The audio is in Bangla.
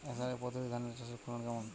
এস.আর.আই পদ্ধতিতে ধান চাষের ফলন কেমন?